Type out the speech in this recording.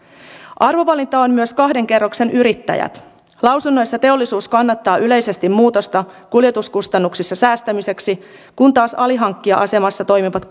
arvovalinta on myös kahden kerroksen yrittäjät lausunnoissa teollisuus kannattaa yleisesti muutosta kuljetuskustannuksissa säästämiseksi kun taas alihankkija asemassa toimivat